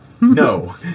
no